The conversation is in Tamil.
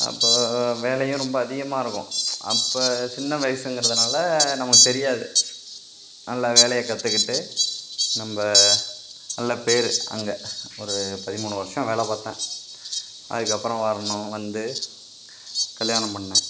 அப்போ வேலையும் ரொம்ப அதிகமாக இருக்கும் அப்போ சின்ன வயசுங்கிறதுனால நமக்கு தெரியாது நல்லா வேலையை கற்றுக்கிட்டு நம்ம நல்ல பேர் அங்கே ஒரு பதிமூணு வர்ஷம் வேலை பாத்தேன் அதுக்கப்புறம் வரணும் வந்து கல்யாணம் பண்ணேன்